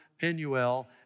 Peniel